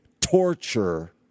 torture